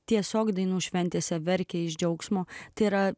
tiesiog dainų šventėse verkia iš džiaugsmo tai yra